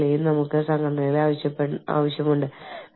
പക്ഷേ അത് നമ്മൾ ഇപ്പോൾ ചർച്ച ചെയ്ത ഒരു കൂട്ടം വെല്ലുവിളികൾ കൊണ്ടുവരുന്നു